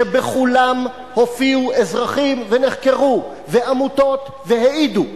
שבכולן הופיעו אזרחים ונחקרו, ועמותות, והעידו.